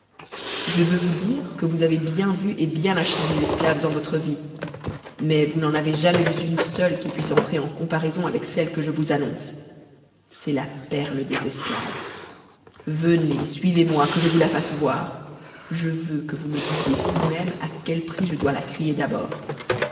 je veux vous dire que vous avez bien vu et bien acheté des esclaves en votre vie mais vous n'en ayez jamais vu une seule qui puisse entrer en comparaison avec celle que je vous annonce c'est la perle des esclaves venez suivez-moi que je vous la fasse voir je veux que vous me disiez vous-mêmes à quel prix je dois la crier d'abord